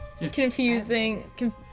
confusing